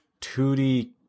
2D